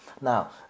Now